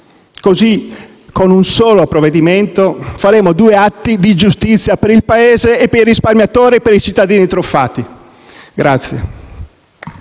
Così, con un solo provvedimento, faremo due atti di giustizia per il Paese, per i risparmiatori e per i cittadini truffati.